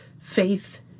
faith